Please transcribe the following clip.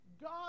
God